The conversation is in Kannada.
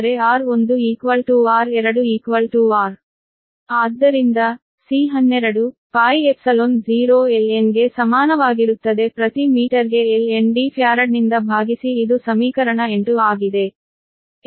ಆದ್ದರಿಂದ C12 πϵ0 ln ಗೆ ಸಮಾನವಾಗಿರುತ್ತದೆ ಪ್ರತಿ ಮೀಟರ್ಗೆ ln D ಫ್ಯಾರಡ್ನಿಂದ ಭಾಗಿಸಿ ಇದು ಸಮೀಕರಣ 8 ಆಗಿದೆ